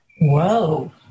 Whoa